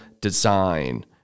design